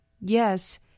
Yes